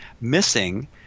missing